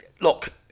look